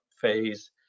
phase